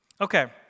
Okay